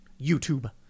YouTube